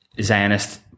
Zionist